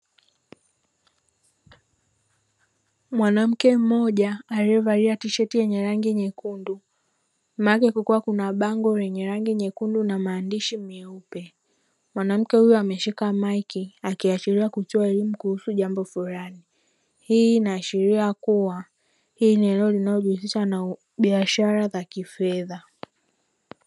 Mwanamke mmoja aliyevalia tisheti yenye rangi nyekundu, nyuma yake kukiwa kuna bango lenye rangi nyekundu na maandishi meupe. Mwanamke huyu ameshika maiki akiashiria kutoa elimu kuhusu jambo fulani. Hii inaashiria kuwa hili ni eneo linalojihusisha na biashara za kifedha.